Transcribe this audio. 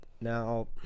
Now